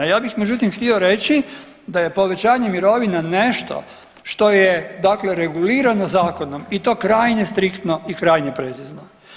Ja bih međutim htio reći da je povećanje mirovina nešto što je dakle regulirano zakonom i to krajnje striktno i krajnje precizno.